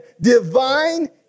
divine